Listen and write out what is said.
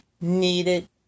needed